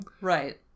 Right